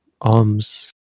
alms